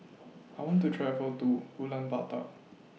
I want to travel to Ulaanbaatar